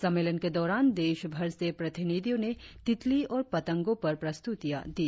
सम्मेलन के दौरान देशभर से प्रतिनिधियों ने तितली और पतंगों पर प्रस्तुतियां दी